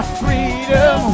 freedom